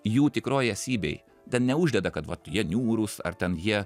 jų tikroj esybėj ten neuždeda kad vat jie niūrūs ar ten jie